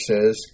says